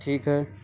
ٹھیک ہے